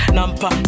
Nampa